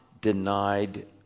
denied